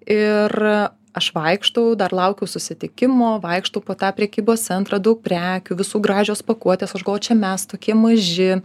ir aš vaikštau dar laukiau susitikimo vaikštau po tą prekybos centrą daug prekių visų gražios pakuotės aš galvoju čia mes tokie maži